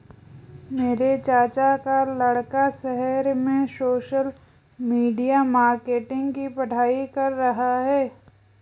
मेरे चाचा का लड़का शहर में सोशल मीडिया मार्केटिंग की पढ़ाई कर रहा है